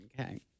Okay